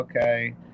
okay